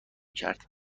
کرد